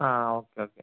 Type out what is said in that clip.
ആ okay okay